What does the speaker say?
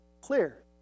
clear